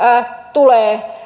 tulee